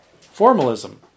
Formalism